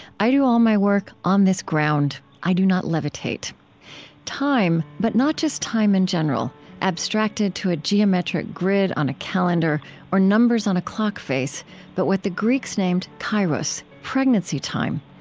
i do all my work on this ground. i do not levitate time. but not just time in general, abstracted to a geometric grid on a calendar or numbers on a clock face but what the greeks named kairos, pregnancy time,